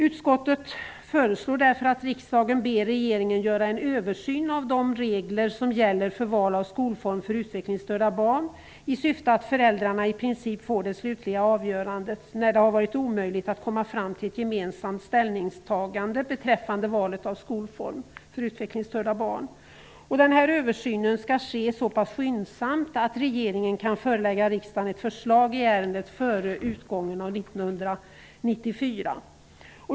Utskottet föreslår att riksdagen ber regeringen göra en översyn av de regler som gäller för val av skolform för utvecklingsstörda barn, i syfte att föräldrarna i princip får det slutliga avgörandet när det varit omöjligt att komma fram till ett gemensamt ställningstagande beträffande valet av skolform för utvecklingsstörda barn. Översynen skall ske så pass skyndsamt att regeringen kan förelägga riksdagen ett förslag i ärendet före utgången av 1994.